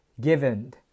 given